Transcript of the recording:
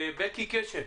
בקי קשת.